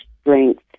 strength